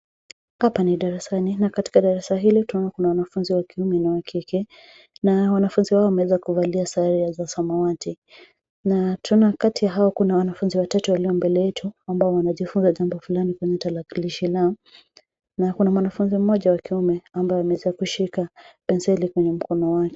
Hapa ni darasani, na katika darasa hili tunaona kuna wanafunzi wa kiume na wakike, na wanafunzi hawa wameweza kuvalia sare za samawati. Na tunaona kati ya hao, kuna wanafunzi tatu walio mbele yetu, ambao wanajifunza jambo fulani kwenye tarakilishi lao, na kuna mwanafunzi mmoja wa kiume ambaye ameweza kushika penseli kwenye mkono wake.